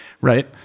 right